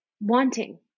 wanting